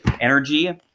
energy